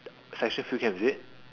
section field camp is it